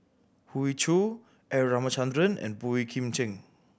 Hoey Choo R Ramachandran and Boey Kim Cheng